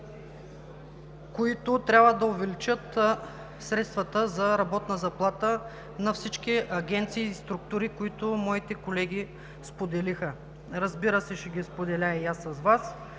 които трябва да увеличат средствата за работна заплата на всички агенции и структури, които моите колеги споделиха. Разбира се, ще ги споделя и аз с Вас